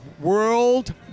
World